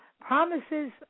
Promises